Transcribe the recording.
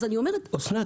אז אני אומרת --- אסנת,